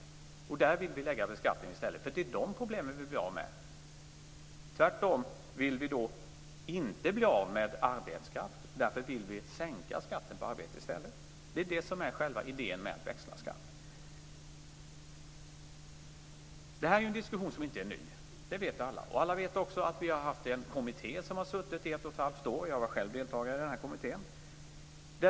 Det är där vi vill lägga beskattningen i stället, för det är de problemen som vi vill bli av med. Däremot vill vi inte bli av med arbetskraft. Därför vill vi sänka skatten på arbete i stället. Det är detta som är själva idén med att växla skatt. Detta är ju en diskussion som inte är ny, och det vet alla. Alla vet också att vi har haft en kommitté som har suttit i ett och ett halvt år. Jag var själv deltagare i kommittén.